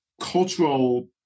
cultural